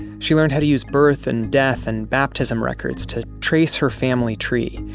she learned how to use birth and death and baptism records to trace her family tree.